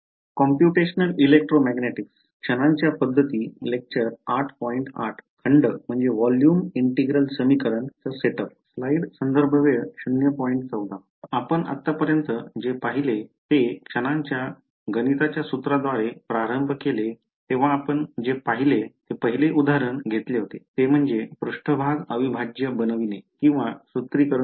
आपण आतापर्यंत जे पाहिले ते क्षणांच्या गणिताच्या सूत्राद्वारे प्रारंभ केले तेव्हा आपण जे पहिले उदाहरण घेतले होते ते म्हणजे पृष्ठभाग अविभाज्य बनविणे सुत्रीकरण